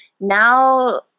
now